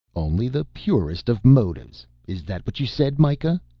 only the purest of motives, is that what you said, mikah?